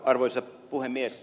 arvoisa puhemies